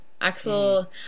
Axel